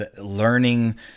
learning